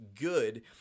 good